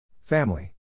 Family